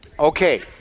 Okay